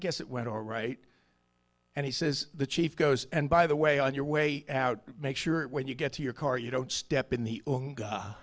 guess it went all right and he says the chief goes and by the way on your way out make sure when you get to your car you don't step in the